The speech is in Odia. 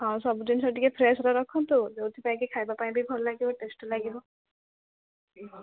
ଆଉ ସବୁ ଜିନିଷ ଟିକେ ଫ୍ରେସ୍ରେ ରଖନ୍ତୁ ଯେଉଁଥିପାଇଁ କି ଖାଇବା ପାଇଁ ବି ଭଲ ଲାଗିବ ଟେଷ୍ଟ୍ ଲାଗିବ